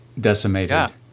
decimated